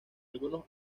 algunos